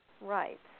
right